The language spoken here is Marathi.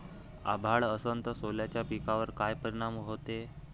अभाळ असन तं सोल्याच्या पिकावर काय परिनाम व्हते?